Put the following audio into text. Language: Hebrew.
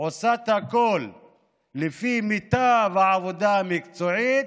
עושה את הכול לפי מיטב העבודה המקצועית,